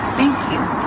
thank you.